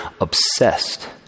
obsessed